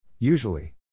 Usually